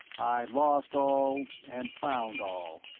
i lost all and found all.